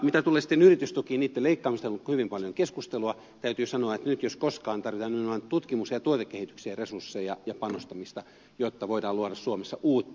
mitä tulee sitten yritystukiin niitten leikkaamisesta on ollut hyvin paljon keskustelua täytyy sanoa että nyt jos koskaan tarvitaan nimenomaan tutkimukseen ja tuotekehitykseen resursseja ja panostamista jotta voidaan luoda suomessa uutta